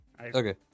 okay